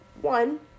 one